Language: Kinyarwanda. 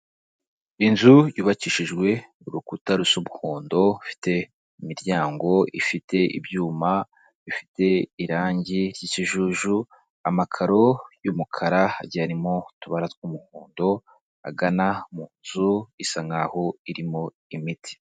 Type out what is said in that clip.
Inzu yubakishijwe urukuta rusa umuhondo ifite imiryango ifite ibyuma bifite irangi ry'ikijuju, amakaro y'umukara agiye arimo utubara tw'umuhondo, agana mu nzu isa nk'aho irimo imiti.